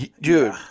dude